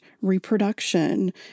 reproduction